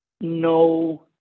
no